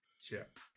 chip